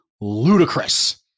ludicrous